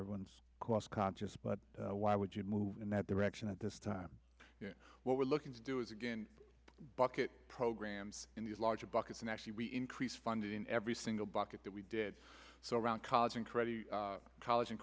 everyone's cost conscious but why would you move in that direction at this time what we're looking to do is again bucket programs in these larger buckets and actually we increase funding every single bucket that we did so around college incredibly college and